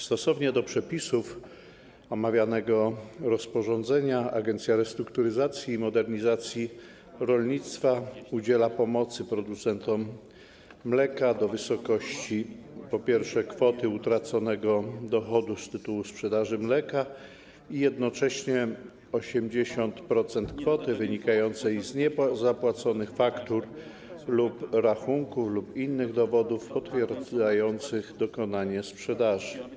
Stosownie do przepisów omawianego rozporządzenia Agencja Restrukturyzacji i Modernizacji Rolnictwa udziela pomocy producentom mleka do wysokości, po pierwsze, kwoty utraconego dochodu z tytułu sprzedaży mleka i jednocześnie 80% kwoty wynikającej z niezapłaconych faktur, rachunków lub innych dowodów potwierdzających dokonanie sprzedaży.